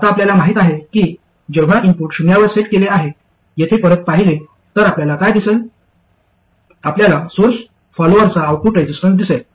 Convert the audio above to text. आता आपल्याला माहित आहे की जेव्हा इनपुट शून्यावर सेट केले आहे येथे परत पाहिले तर आपल्याला काय दिसेल आपल्याला सोर्स फॉलोअरचा आउटपुट रेझिस्टन्स दिसेल